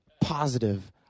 positive